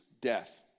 death